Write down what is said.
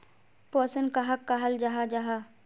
पोषण कहाक कहाल जाहा जाहा?